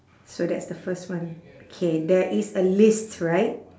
so that's the first one K there is a list right